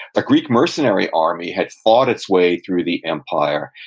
a greek mercenary army had fought its way through the empire,